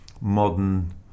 modern